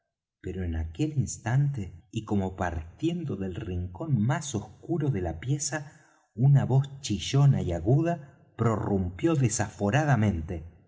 pero en aquel instante y como partiendo del rincón más oscuro de la pieza una voz chillona y aguda prorrumpió desaforadamente